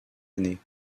année